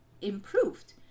improved